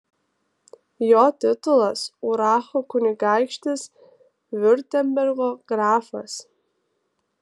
jo titulas uracho kunigaikštis viurtembergo grafas